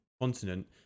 continent